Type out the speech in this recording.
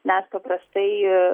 nes paprastai